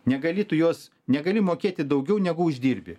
negali tu jos negali mokėti daugiau negu uždirbi